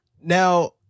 Now